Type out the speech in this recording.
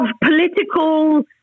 political